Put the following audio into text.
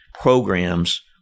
programs